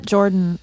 Jordan